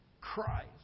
Christ